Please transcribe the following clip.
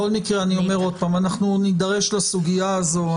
בכל מקרה אנחנו נידרש לסוגיה הזאת.